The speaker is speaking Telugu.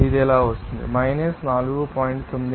కాబట్టి ఇది ఇలా వస్తుంది 4